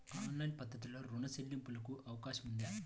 Online పద్ధతిలో రుణ చెల్లింపునకు అవకాశం ఉందా?